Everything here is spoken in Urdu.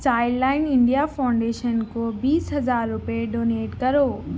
چائلڈ لائن انڈیا فاؤنڈیشن کو بیس ہزار روپئے ڈونیٹ کرو